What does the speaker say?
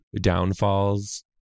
downfalls